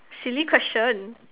silly question